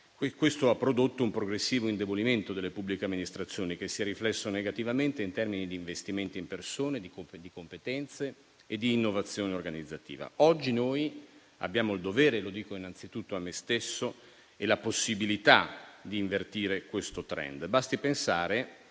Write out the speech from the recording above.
di stabilità - un progressivo indebolimento delle pubbliche amministrazioni che si è riflesso negativamente in termini di investimenti in persone, di competenze e di innovazione organizzativa. Oggi abbiamo il dovere - lo dico innanzitutto a me stesso - e la possibilità di invertire questo *trend.* Basti pensare,